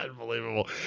Unbelievable